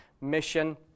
mission